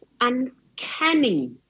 uncanny